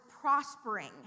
prospering